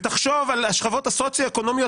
ותחשוב על השכבות הסוציו-אקונומיות